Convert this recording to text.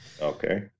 Okay